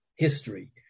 History